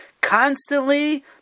Constantly